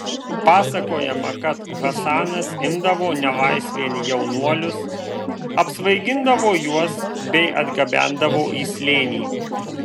pasakojama kad hasanas imdavo nelaisvėn jaunuolius apsvaigindavo juos bei atgabendavo į slėnį